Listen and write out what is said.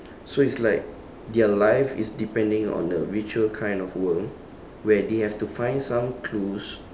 so it's like their life is depending on the virtual kind of world where they have to find some clues